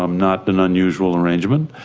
um not an unusual arrangement,